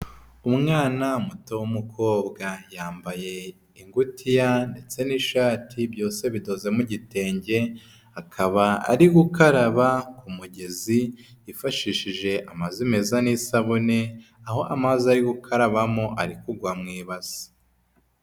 Umwana muto w'umukobwa. Yambaye ingutiya ndetse n'ishati byose bidoze mu gitenge, akaba ari gukaraba ku mugezi yifashishije amazi meza n'isabune, aho amazi ari gukarabamo ari kugwa mu ibase.